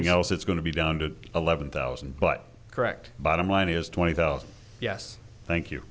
else it's going to be down to eleven thousand but correct bottom line is twenty thousand yes thank you